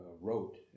wrote